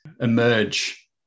emerge